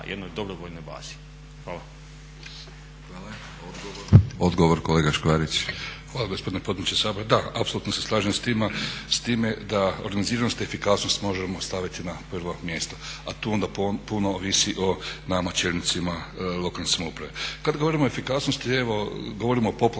jednoj dobrovoljnoj bazi.